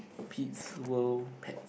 Pete's World pets